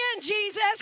Jesus